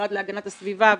ומהמשרד להגנת הסביבה וכו'